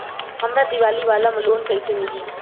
हमरा दीवाली वाला लोन कईसे मिली?